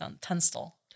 Tunstall